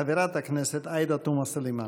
חברת הכנסת עאידה תומא סלימאן.